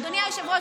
אדוני היושב-ראש,